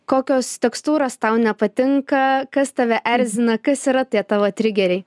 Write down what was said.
kokios tekstūros tau nepatinka kas tave erzina kas yra tie tavo trigeriai